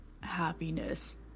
happiness